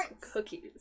cookies